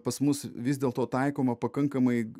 pas mus vis dėlto taikoma pakankamai